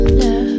love